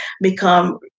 become